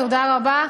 תודה רבה.